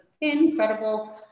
incredible